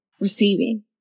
receiving